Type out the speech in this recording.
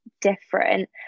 different